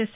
yes